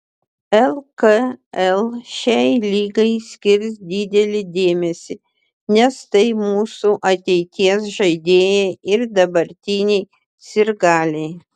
lkl šiai lygai skirs didelį dėmesį nes tai mūsų ateities žaidėjai ir dabartiniai sirgaliai